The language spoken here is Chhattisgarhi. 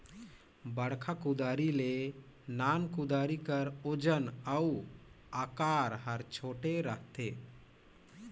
बड़खा कुदारी ले नान कुदारी कर ओजन अउ अकार हर छोटे रहथे